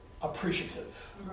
appreciative